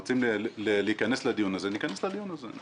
אם רוצים להיכנס לדיון הזה ניכנס לדיון הזה,